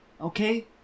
okay